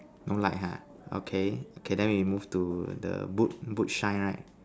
no light ah okay okay then we move to the boot boot shine right